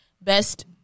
Best